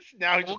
Now